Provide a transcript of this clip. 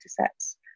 sets